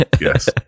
Yes